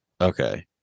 Okay